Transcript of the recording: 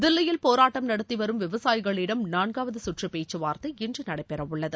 தில்லியில் போராட்டம் நடத்தி வரும் விவசாயிகளிடம் நான்காவது சுற்று பேச்சுவார்த்தை இன்று நடைபெறவுள்ளது